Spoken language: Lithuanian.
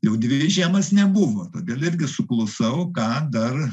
jau dvi žiemas nebuvo todėl irgi suklusau ką dar